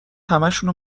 همشونو